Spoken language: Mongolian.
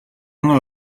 нар